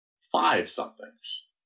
five-somethings